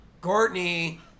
Courtney